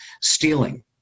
stealing